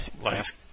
Last